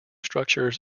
structures